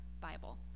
Bible